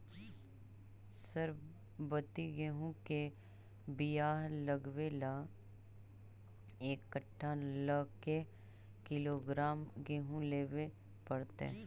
सरबति गेहूँ के बियाह लगबे ल एक कट्ठा ल के किलोग्राम गेहूं लेबे पड़तै?